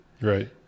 Right